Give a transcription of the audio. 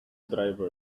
driver